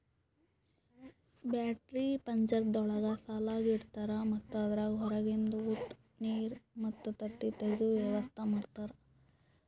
battery ಪಂಜರಗೊಳ್ದಾಗ್ ಸಾಲಾಗಿ ಇಡ್ತಾರ್ ಮತ್ತ ಅದುರಾಗ್ ಹೊರಗಿಂದ ಉಟ, ನೀರ್ ಮತ್ತ ತತ್ತಿ ತೆಗೆದ ವ್ಯವಸ್ತಾ ಮಾಡ್ಯಾರ